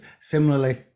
similarly